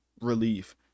relief